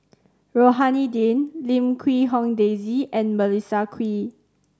Rohani Din Lim Quee Hong Daisy and Melissa Kwee